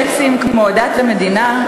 על נושאים סקסיים כמו דת ומדינה,